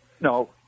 No